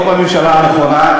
אבל אתה לא בממשלה הנכונה,